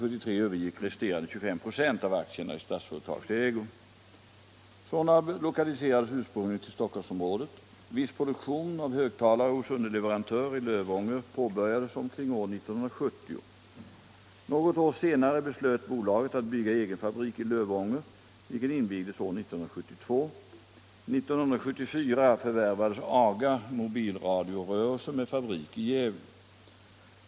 Sonab lokaliserades ursprungligen till Stockholmsområdet. Viss produktion av högtalare hos underleverantör i Lövånger påbörjades omkring år 1970. Något år senare beslöt bolaget att bygga egen fabrik i Lövånger, vilken invigdes år 1972. År 1974 förvärvades AGA Mobilradiorörelse med fabrik i Gävle.